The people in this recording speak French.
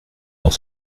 dans